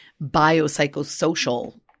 biopsychosocial